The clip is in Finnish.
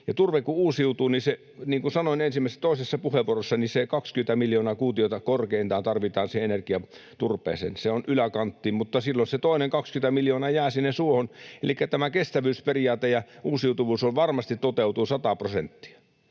turve kun uusiutuu, niin kuin sanoin toisessa puheenvuorossani, niin kun se 20 miljoonaa kuutiota korkeintaan tarvitaan siihen energiaturpeeseen — se on yläkanttiin — silloin se toinen 20 miljoonaa jää sinne suohon, elikkä tämä kestävyysperiaate ja uusiutuvuus varmasti toteutuu sataprosenttisesti